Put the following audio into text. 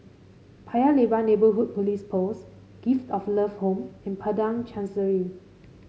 Paya Lebar Neighbourhood Police Post Gift of Love Home and Padang Chancery